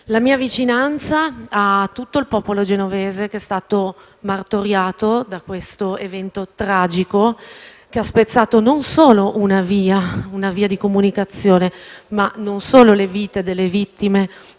la mia vicinanza a tutto il popolo genovese che è stato martoriato da questo evento tragico, che ha spezzato non solo una via di comunicazione, non solo le vite delle vittime,